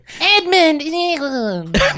Edmund